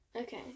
Okay